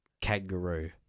Kangaroo